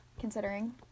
considering